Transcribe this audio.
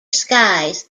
skies